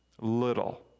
little